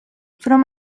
from